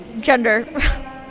gender